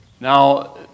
Now